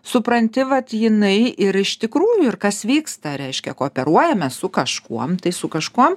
supranti vat jinai ir iš tikrųjų ir kas vyksta reiškia kooperuojamės su kažkuom tai su kažkuom